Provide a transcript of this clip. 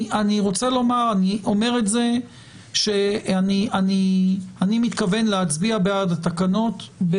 אני רוצה לומר שאני מתכוון להצביע בעד התקנות,